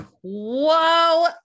whoa